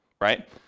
right